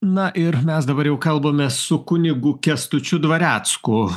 na ir mes dabar jau kalbamės su kunigu kęstučiu dvarecku